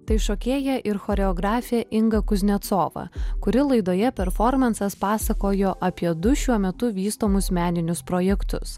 tai šokėja ir choreografė inga kuznecova kuri laidoje performansas pasakojo apie du šiuo metu vystomus meninius projektus